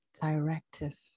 directive